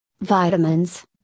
vitamins